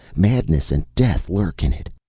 madness and death lurk in it.